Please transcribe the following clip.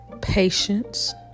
patience